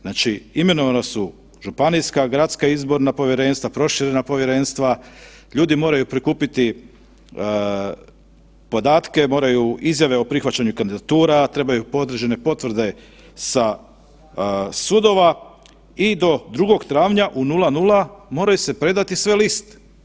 Znači imenovana su županijska, gradska izborna povjerenstva, proširena povjerenstva ljudi moraju prikupiti podatke, moraju izjave o prihvaćanju kandidatura, trebaju određene potvrde sa sudova i do 2. travnja 00 moraju se predati sve liste.